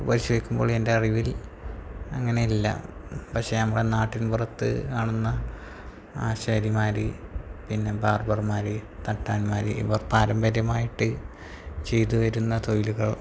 വച്ചേക്കുമ്പോൾ എൻ്റെ അറിവിൽ അങ്ങനെയല്ല പക്ഷേ നമ്മുടെ നാട്ടിൻ പുറത്ത് കാണുന്ന ആശാരിമാര് പിന്നെ ബാർബർമാര് തട്ടാൻമാര് ഇവർ പാരമ്പര്യമായിട്ട് ചെയ്തുവരുന്ന തൊഴിലുകൾ